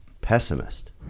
pessimist